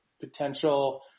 potential